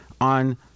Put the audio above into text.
on